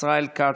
ישראל כץ,